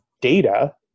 data